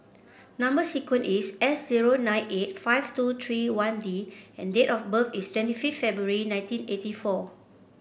number sequence is zero nine eight five two three one D and date of birth is twenty fifth February nineteen eighty four